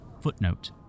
Footnote